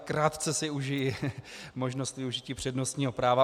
Krátce si užiji možnosti využití přednostního práva.